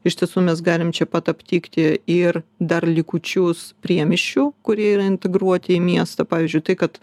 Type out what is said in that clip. iš tiesų mes galim čia pat aptikti ir dar likučius priemiesčių kurie yra integruoti į miestą pavyzdžiui tai kad